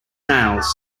nails